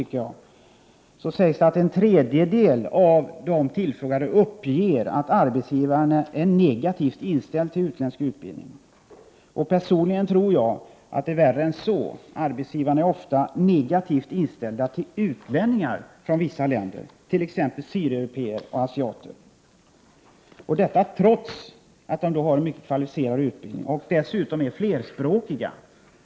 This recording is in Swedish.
Det framhålls att en tredjedel av de tillfrågade uppger att arbetsgivarna är negativt inställda till utländsk utbildning. Personligen tror jag att det är värre än så: arbetsgivarna är ofta negativt inställda till utlänningar från vissa länder. Det gäller t.ex. sydeuropéer och asiater, och detta trots att vederbörande kan ha en mycket kvalificerad utbildning och trots att vederbörande dessutom är flerspråkig.